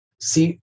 see